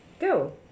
go